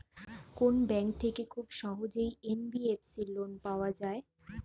কোন ব্যাংক থেকে খুব সহজেই এন.বি.এফ.সি লোন পাওয়া যায়?